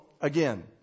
again